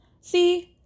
see